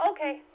Okay